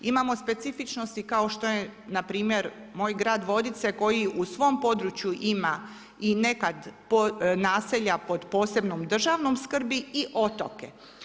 Imamo specifičnosti kao što je npr. moj grad Vodice koji u svom području ima i neka naselja pod posebnom državnom skrbi i otoke.